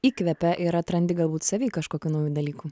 įkvepia ir atrandi galbūt savy kažkokių naujų dalykų